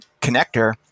connector